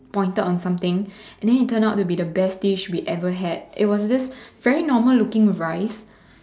pointed on something and then it turned out to be the best dish we ever had it was this very normal looking rice